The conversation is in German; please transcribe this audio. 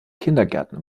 kindergärten